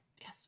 Yes